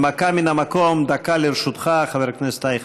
הנמקה מהמקום, דקה לרשותך, חבר הכנסת אייכלר.